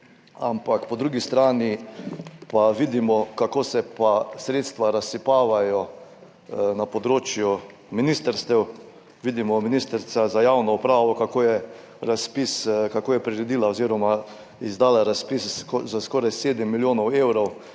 ampak po drugi strani pa vidimo, kako se sredstva razsipavajo na področju ministrstev, vidimo, kako je ministrica za javno upravo priredila oziroma izdala razpis za skoraj 7 milijonov evrov,